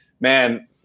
man